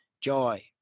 joy